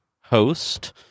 host